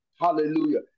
Hallelujah